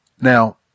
Now